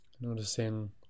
noticing